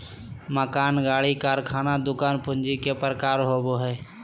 मकान, गाड़ी, कारखाना, दुकान पूंजी के प्रकार होबो हइ